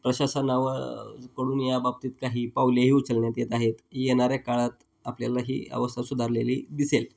प्रशासनाकडून याबाबतीत काही पावलेही उचलण्यात येत आहेत येणाऱ्या काळात आपल्याला ही अवस्था सुधारलेली दिसेल